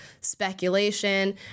speculation